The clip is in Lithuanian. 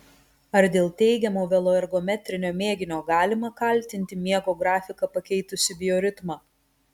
ar dėl teigiamo veloergometrinio mėginio galima kaltinti miego grafiką pakeitusį bioritmą